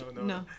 no